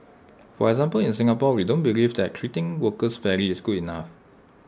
for example in Singapore we don't believe that treating workers fairly is good enough